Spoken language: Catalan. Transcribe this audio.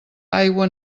aigua